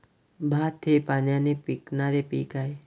भात हे पाण्याने पिकणारे पीक आहे